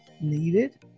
needed